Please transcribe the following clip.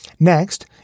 Next